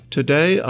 Today